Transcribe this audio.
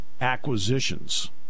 acquisitions